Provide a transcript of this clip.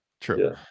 true